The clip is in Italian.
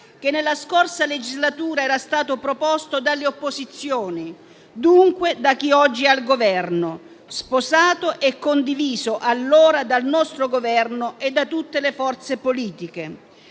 che nella scorsa legislatura era stato proposto dalle opposizioni e dunque da chi oggi è al Governo, sposato e condiviso allora dal nostro Governo e da tutte le forze politiche;